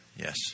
Yes